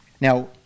Now